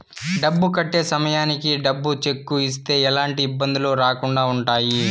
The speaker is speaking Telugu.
డబ్బు కట్టే సమయానికి డబ్బు సెక్కు ఇస్తే ఎలాంటి ఇబ్బందులు రాకుండా ఉంటాయి